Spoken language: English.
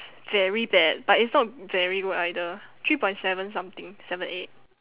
very bad but it's not very good either three point seven something seven eight